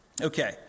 Okay